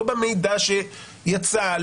לא במידע שיצא,